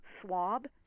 swab